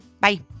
Bye